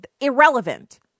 irrelevant